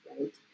right